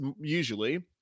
usually